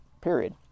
period